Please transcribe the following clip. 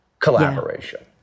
collaboration